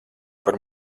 par